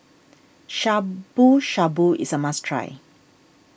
Shabu Shabu is a must try